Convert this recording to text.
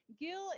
Gil